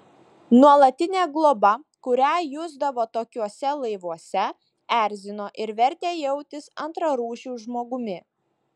nuolatinė globa kurią jusdavo tokiuose laivuose erzino ir vertė jaustis antrarūšiu žmogumi